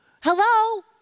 Hello